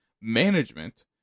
management